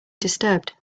disturbed